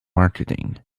marketing